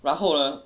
然后呢